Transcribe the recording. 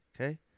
Okay